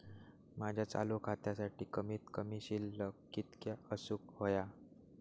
माझ्या चालू खात्यासाठी कमित कमी शिल्लक कितक्या असूक होया?